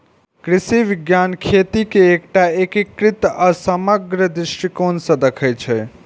कृषि विज्ञान खेती कें एकटा एकीकृत आ समग्र दृष्टिकोण सं देखै छै